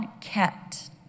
kept